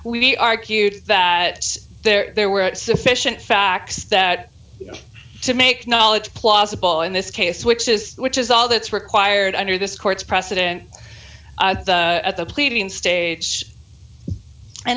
we argued that there were sufficient facts that to make knowledge plausible in this case which is which is all that's required under this court's precedent at the pleading state and